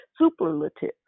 superlative